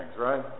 right